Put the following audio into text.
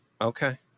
Okay